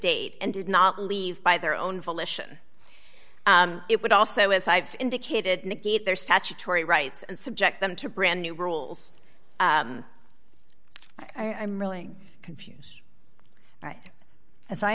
date and did not leave by their own volition it would also as i've indicated negate their statutory rights and subject them to brand new rules i'm really confuse right as i